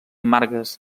margues